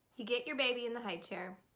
you get your baby in the highchair.